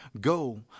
go